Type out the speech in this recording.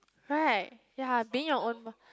right ya being your own